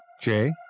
Jay